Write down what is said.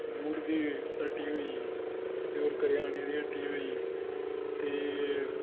boot दी हट्टी होई गेई ते होर करेयाने दी हट्टी होई गेई ते